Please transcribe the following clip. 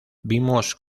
vimos